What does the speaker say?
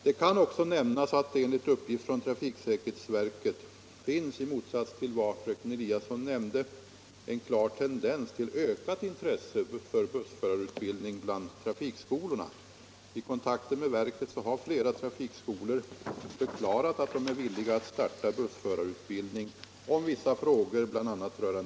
Det kan också nämnas att det enligt uppgift från trafiksäkerhetsverket —- i motsats ull vad fröken Eliasson nämnde — finns en klar tendens till ökat intresse för bussförarutbildning bland trafikskolorna. Vid kontakter med verket har flera trafikskolor förklarat att de är villiga att starta bussförarutbildning och att vissa frågor skall kunna lösas.